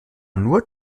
nur